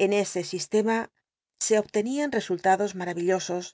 con ese sistema se obtenian resultados mnravillosos